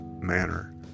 manner